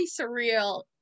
surreal